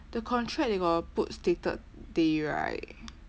the contract they got put stated day right